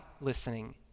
listening